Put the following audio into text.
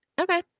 Okay